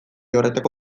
horretako